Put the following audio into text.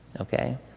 Okay